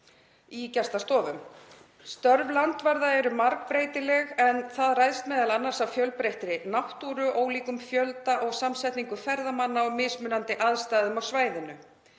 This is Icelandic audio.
í gestastofum. Störf landvarða eru margbreytileg en það ræðst meðal annars af fjölbreyttri náttúru, ólíkum fjölda og samsetningu ferðamanna og mismunandi aðstæðum á svæðunum.